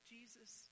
Jesus